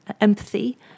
empathy